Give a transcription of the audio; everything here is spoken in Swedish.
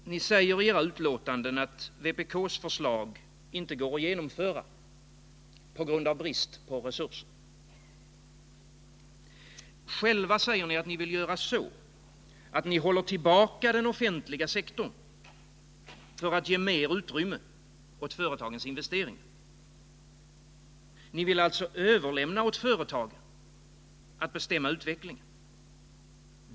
Ni säger i era utlåtanden att vpk:s förslag inte går att genomföra på grund av brist på resurser. Själva säger ni att ni vill göra så att ni håller tillbaka den offentliga sektorn för att ge mer utrymme åt företagens investeringar, Ni vill alltså överlämna åt företagen att bestämma utvecklingen.